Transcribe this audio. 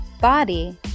body